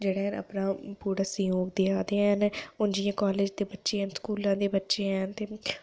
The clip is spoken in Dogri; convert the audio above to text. अपना पूरा सहयोग देआ दे हैन उन जियां कालेज दे बच्चे हैन स्कूला दे बच्चे हैन ओह्